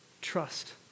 trust